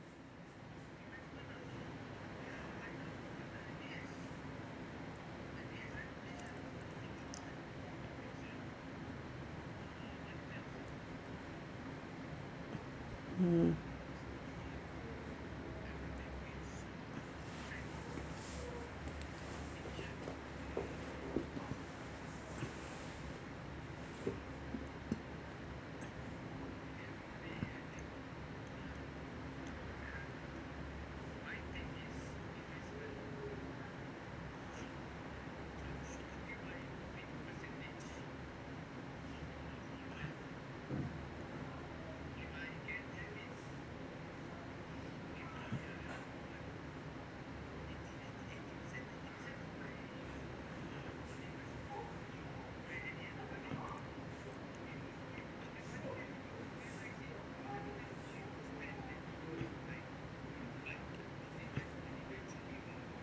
hmm